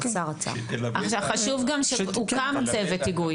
עכשיו, חשוב גם שהוקם צוות היגוי